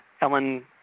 Ellen